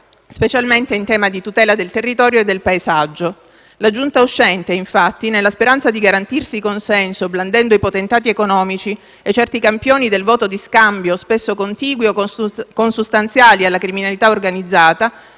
specialmente in tema di tutela del territorio e del paesaggio. La Giunta uscente, infatti, nella speranza di garantirsi consenso blandendo i potentati economici e certi campioni del voto di scambio, spesso contigui o consustanziali alla criminalità organizzata,